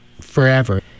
forever